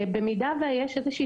יש איזשהו